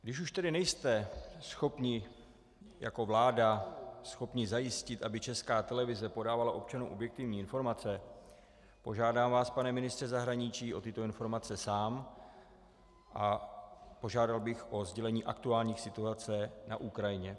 Když už tedy nejste schopni jako vláda zajistit, aby Česká televize podávala občanům objektivní informace, požádám vás, pane ministře zahraničí, o tyto informace sám a požádal bych o sdělení aktuální situace na Ukrajině.